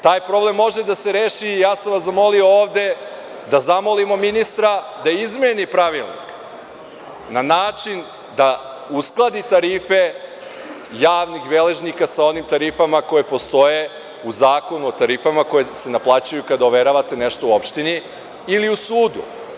Taj problem može da se reši, i ja sam vas zamolio ovde da zamolimo ministra da izmeni Pravilnik na način da uskladi tarife javnih beležnika sa onim tarifama koje postoje u Zakonu o tarifama koje se naplaćuju kada overavate nešto u opštini ili u sudu.